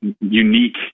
unique